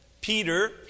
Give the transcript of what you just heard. Peter